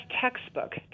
textbook